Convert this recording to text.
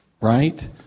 Right